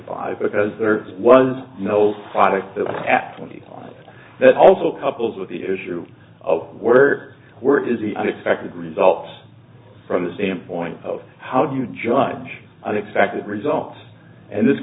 five because there was no product at twenty that also coupled with the issue of where were it is the unexpected results from the standpoint of how do you judge unexpected results and this